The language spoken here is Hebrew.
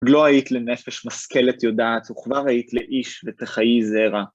לא היית לנפש משכלת יודעת, הוא כבר היית לאיש, ותחיי זהרה.